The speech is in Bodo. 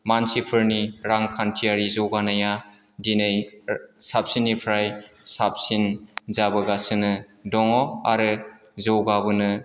मानसिफोरनि रांखान्थियारि जौगानाया दिनै साबसिननिफ्राय साबसिन जाबोगासिनो दङ आरो जौगाबोनो